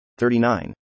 39